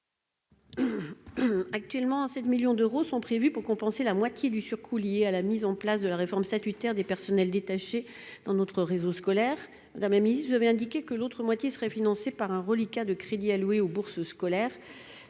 Actuellement, 7 millions d'euros sont prévus pour compenser la moitié du surcoût lié à la mise en place d'un nouveau statut pour les personnels détachés dans notre réseau scolaire. Madame la ministre, vous avez indiqué que l'autre moitié de ce surcoût serait financée par un reliquat de crédits alloués aux bourses scolaires.